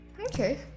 Okay